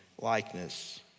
likeness